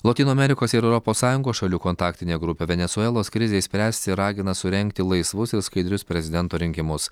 lotynų amerikos ir europos sąjungos šalių kontaktinė grupė venesuelos krizei spręsti ragina surengti laisvus ir skaidrius prezidento rinkimus